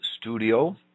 studio